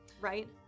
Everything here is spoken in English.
right